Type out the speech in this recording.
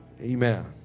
Amen